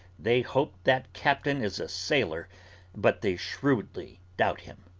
they hope that captain is a sailor but they shrewdly doubt him.